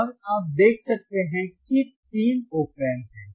और आप देख सकते हैं कि तीन Op Amps हैं